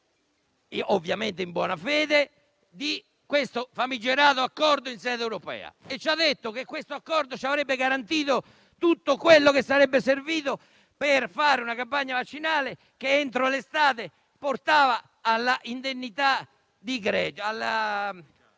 ovviamente in buona fede, di questo famigerato accordo in sede europea, dicendoci che questo accordo ci avrebbe garantito tutto quello che sarebbe servito per fare una campagna vaccinale che, entro l'estate, avrebbe portato alla immunità di gregge.